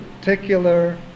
particular